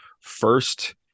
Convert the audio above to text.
first